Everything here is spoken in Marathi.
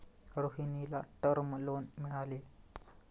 रोहिणीला टर्म लोन मिळाले